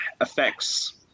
affects –